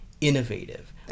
innovative